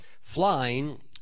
flying